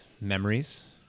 memories